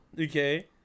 Okay